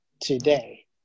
today